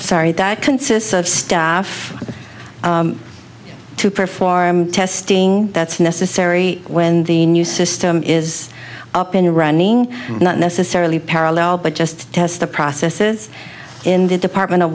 sorry that consists of staff to perform testing that's necessary when the new system is up in running not necessarily parallel but just test the processes in the department of